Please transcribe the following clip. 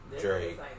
Drake